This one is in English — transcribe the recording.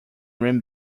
ran